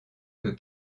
que